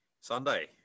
Sunday